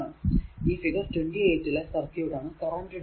ഈ ഫിഗർ 28 ലെ സർക്യൂട് ആണ് കറന്റ് ഡിവൈഡർ